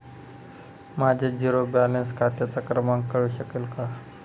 माझ्या zero balance खात्याचा क्रमांक कळू शकेल का?